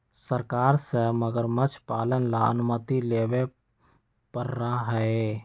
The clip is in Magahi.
सरकार से मगरमच्छ पालन ला अनुमति लेवे पडड़ा हई